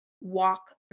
walk